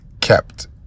kept